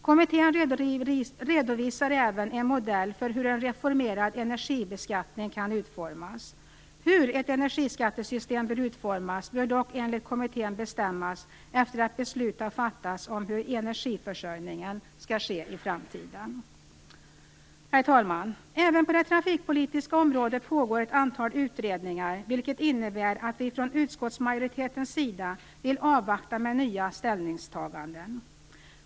Kommittén redovisar även en modell för hur en reformerad energibeskattning kan utformas. Hur ett energiskattesystem skall utformas bör dock enligt kommittén bestämmas efter att beslut har fattas om hur energiförsörjningen skall ske i framtiden. Herr talman! Även på det trafikpolitiska området pågår det ett antal utredningar. Det innebär att vi från utskottsmajoritetens sida vill avvakta med nya ställningstaganden.